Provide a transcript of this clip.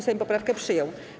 Sejm poprawkę przyjął.